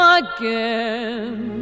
again